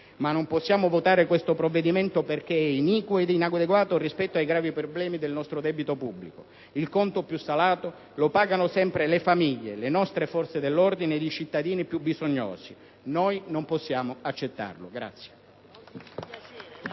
ma non possiamo votare questo provvedimento perché è iniquo ed inadeguato rispetto ai gravi problemi del nostro debito pubblico. Il conto più salato lo pagano sempre le famiglie, le nostre forze dell'ordine ed i cittadini più bisognosi. Noi non possiamo accettarlo.